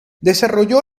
desarrolló